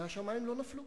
והשמים לא נפלו.